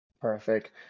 Perfect